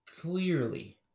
Clearly